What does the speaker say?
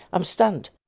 i'm stunned